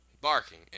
barking